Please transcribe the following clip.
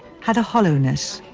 had a hollowness.